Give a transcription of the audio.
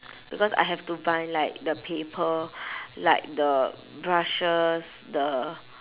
because I have to buy like the paper like the brushes the